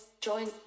join